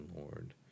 Lord